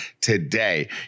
today